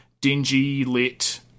dingy-lit